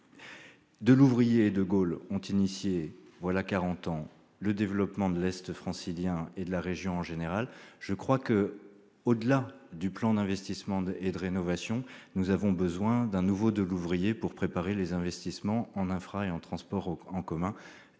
Delouvrier et de Gaulle ont engagé voilà quarante ans le développement de l'Est francilien et de la région en général. Au-delà du plan d'investissement et de rénovation, nous avons besoin d'un nouveau Delouvrier pour préparer les investissements en infrastructures et en transports en commun.